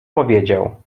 powiedział